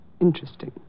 interesting